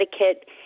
etiquette